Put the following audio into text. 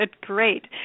Great